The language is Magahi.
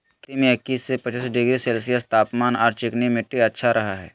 खेती में इक्किश से पच्चीस डिग्री सेल्सियस तापमान आर चिकनी मिट्टी अच्छा रह हई